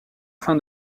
fin